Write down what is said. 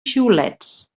xiulets